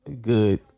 good